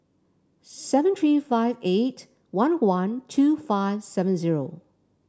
seven three five eight one one two five seven zero